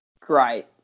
Great